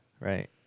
Right